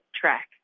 track